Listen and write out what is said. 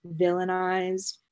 villainized